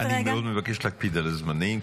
אני מבקש מאוד להקפיד על הזמנים,